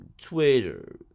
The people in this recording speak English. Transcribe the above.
Twitter